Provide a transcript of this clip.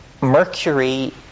Mercury